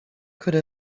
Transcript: could